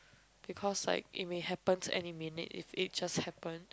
because like it may happened any minute if it just happen